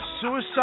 suicide